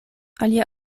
alia